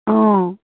অ'